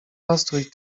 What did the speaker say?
nastrój